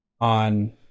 on